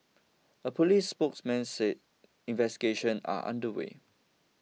a police spokesman said investigations are under way